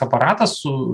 aparatas su